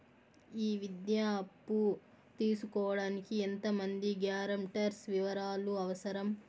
ఈ విద్యా అప్పు తీసుకోడానికి ఎంత మంది గ్యారంటర్స్ వివరాలు అవసరం?